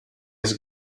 his